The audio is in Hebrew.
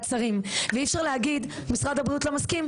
שרים ואי אפשר 'משרד הבריאות לא מסכים,